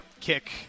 kick